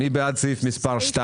מי בעד סעיף מספר 2?